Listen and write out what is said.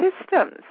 systems